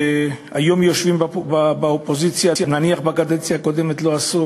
שיושבים היום באופוזיציה נניח לא עשו בקדנציה הקודמת,